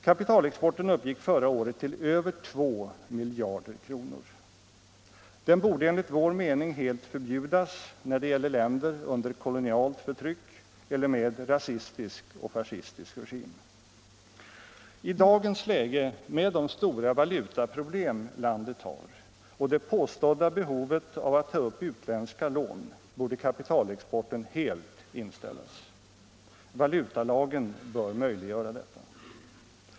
Kapitalexporten uppgick förra året till över 2 miljarder kr. Den borde enligt vår mening helt förbjudas när det gäller länder under kolonialt förtryck eller med rasistisk och fascistisk regim. I dagens läge med de stora valutaproblem landet har och det påstådda behovet av att ta upp utländska lån borde kapitalexporten helt inställas. Valutalagen bör möjliggöra detta.